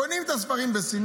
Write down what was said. קונות את הספרים בסין,